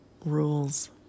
rules